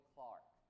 Clark